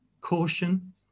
caution